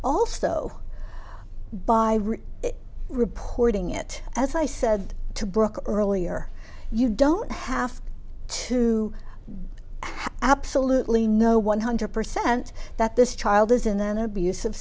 also by reporting it as i said to brooke earlier you don't have to absolutely no one hundred percent that this child is in an abusive